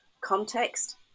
context